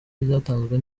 ryatanzwe